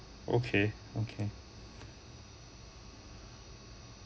okay okay